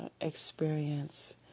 experience